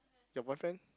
your boyfriend